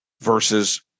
versus